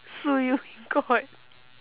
sue you in court